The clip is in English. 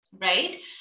right